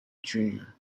junior